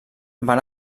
van